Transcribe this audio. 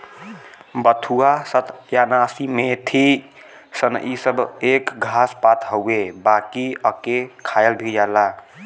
बथुआ, सत्यानाशी, मेथी, सनइ इ सब एक घास पात हउवे बाकि एके खायल भी जाला